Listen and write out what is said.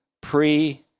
pre